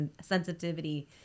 sensitivity